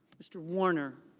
mr. warner.